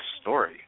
story